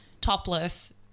topless